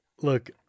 Look